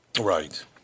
Right